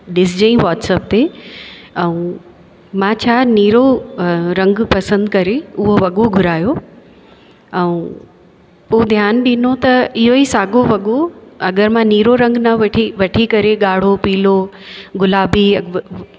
ॾिसिजांइ WhatsApp ते ऐं मां छा नीरो रंग पसंदि करे उहो वॻो घुरायो ऐं पोइ ध्यानु ॾिनो त इहो ई साॻियो वॻो अगरि मां नीरो रंग न वठी वठी करे ॻाढ़ो पीलो गुलाबी